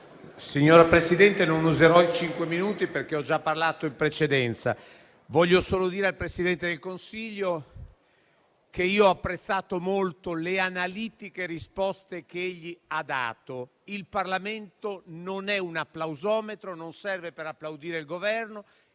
Signor Presidente, non userò tutti i cinque minuti a mia disposizione, perché ho già parlato in precedenza. Voglio dire al Presidente del Consiglio che ho apprezzato molto le analitiche risposte che ha dato. Il Parlamento non è un applausometro, non serve per applaudire il Governo,